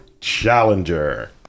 Challenger